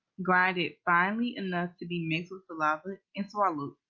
grind it finely enough to be mixed with saliva and swallowed.